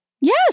Yes